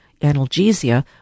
analgesia